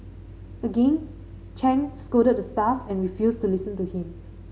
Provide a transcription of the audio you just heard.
again Chang scolded the staff and refused to listen to him